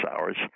hours